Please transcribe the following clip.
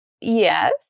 Yes